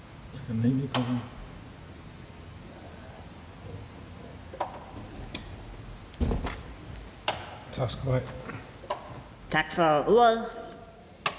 Tak for ordet.